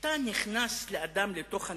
כשאתה נכנס לאדם לתוך הנשמה,